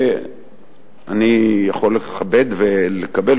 אני יכול לכבד ולקבל.